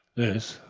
this,